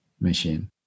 machine